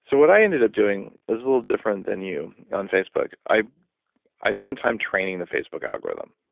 so what i ended up doing is a little different than you on facebook, i i spend time training the facebook algorithm,